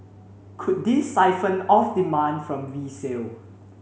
could this siphon off demand from resale